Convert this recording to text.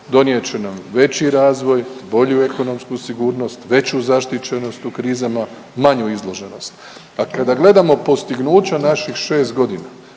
Donijet će nam veći razvoj, bolju ekonomsku sigurnost, veću zaštićenost u krizama, manju izloženost. A kada gledamo postignuća naših 6 godina